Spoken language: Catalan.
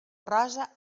rosa